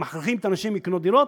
מכריחים את האנשים לקנות דירות,